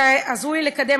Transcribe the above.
שעזרו לי לקדם,